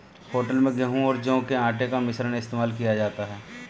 hotel में गेहूं और जौ के आटे का मिश्रण इस्तेमाल किया जाता है